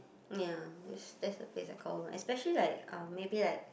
ya it's that's the place I call home especially like um maybe like